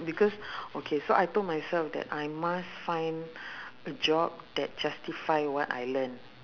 because okay so I told myself that I must find a job that justify what I learn